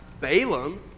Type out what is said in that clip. Balaam